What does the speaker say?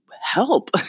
help